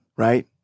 Right